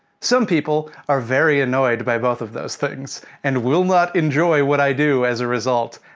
some people are very annoyed by both of those things, and will not enjoy what i do as a result.